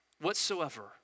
whatsoever